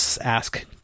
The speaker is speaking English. ask